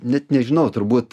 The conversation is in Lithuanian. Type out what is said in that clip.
net nežinau turbūt